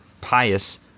pious